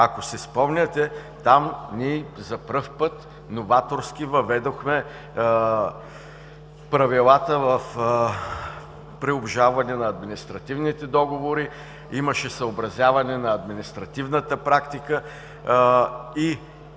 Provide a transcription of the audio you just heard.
Ако си спомняте, там за пръв път новаторски въведохме правилата при обжалване на административните договори, имаше съобразяване на административната практика и